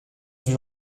vue